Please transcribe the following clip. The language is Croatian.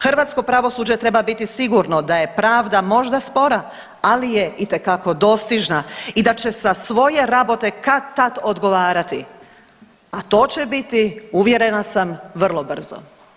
Hrvatsko pravosuđe treba biti sigurno da je pravda možda spora, ali je itekako dostižna i da će za svoje rabote kad-tad odgovarati, a to će biti uvjerena sam vrlo brzo.